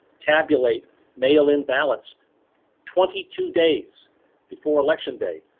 tabulate mail-in ballots twenty two days before election day.